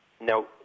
Now